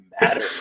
matter